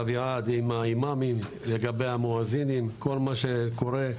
אביעד, עם האימאמים לגבי המואזינים, כל מה שקורה.